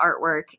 artwork